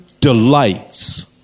delights